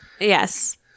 Yes